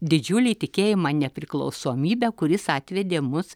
didžiulį tikėjimą nepriklausomybe kuris atvedė mus